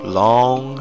long